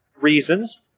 reasons